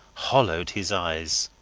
hollowed his eyes.